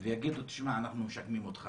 ויגידו שמשקמים אותו,